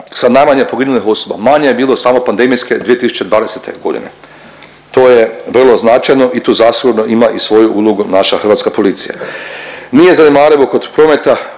sa najmanje poginulih osoba, manje je bilo samo pandemijske 2020. g. To je vrlo značajno i tu zasigurno ima i svoju ulogu naša hrvatska policija. Nije zanemarivo kod prometa